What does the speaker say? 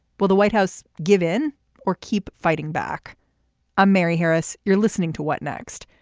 well the white house give in or keep fighting back i'm mary harris. you're listening to what next.